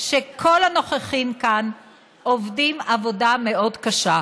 שכל הנוכחים כאן עובדים עבודה מאוד קשה.